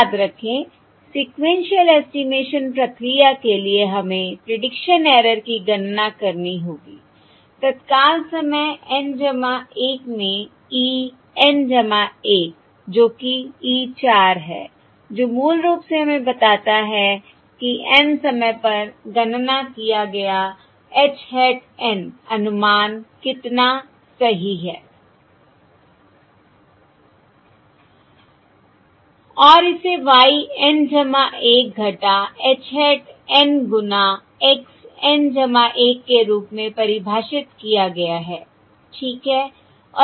याद रखें sequential estimation प्रक्रिया के लिए हमें प्रीडिक्शन एरर की गणना करनी होगी तत्काल समय N 1 में e N 1 जो कि e 4 है जो मूल रूप से हमें बताता है कि N समय पर गणना किया गया h hat N अनुमान कितना सही है I और इसे y N 1 h hat N गुना x N 1 के रूप में परिभाषित किया गया है ठीक है